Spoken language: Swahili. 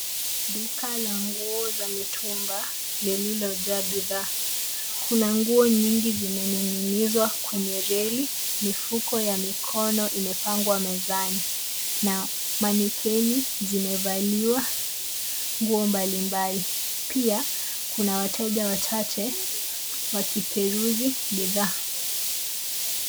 Duka la nguo za mitumba lililojaa bidhaa. Kuna nguo nyingi zimeninginizwa kwenye reli. Mifuko ya mikono imepangwa mezani na mannikeni zimevaliwa nguo mbalimbali. Pia kuna wateja wachache wakiperusi bidhaa.